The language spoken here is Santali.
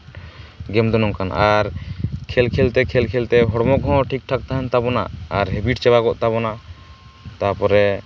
ᱜᱮᱢ ᱫᱚ ᱱᱚᱝᱠᱟᱱ ᱟᱨ ᱠᱷᱮᱞ ᱠᱷᱮᱞ ᱛᱮ ᱠᱷᱮᱞ ᱠᱷᱮᱞ ᱛᱮ ᱦᱚᱲᱢᱚ ᱠᱚᱦᱚᱸ ᱴᱷᱤᱠᱼᱴᱷᱟᱠ ᱛᱟᱦᱮᱱ ᱛᱟᱵᱚᱱᱟ ᱟᱨ ᱦᱮᱵᱤᱴ ᱪᱟᱵᱟ ᱠᱚᱜ ᱛᱟᱵᱚᱱᱟ ᱛᱟᱯᱚᱨᱮ